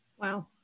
Wow